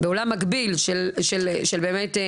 בעולם מקביל של לוחמים,